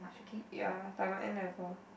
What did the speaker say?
ya like my N-level